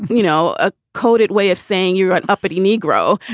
you know, a coded way of saying you're an uppity negro.